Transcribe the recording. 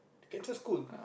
cancer school